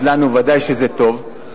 אז לנו ודאי שזה טוב.